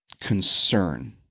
concern